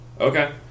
Okay